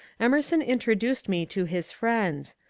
emerson introduced me to his friends.